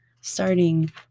starting